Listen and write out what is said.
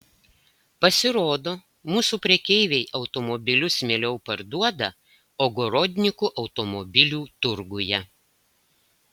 pasirodo mūsų prekeiviai automobilius mieliau parduoda ogorodnikų automobilių turguje